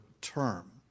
term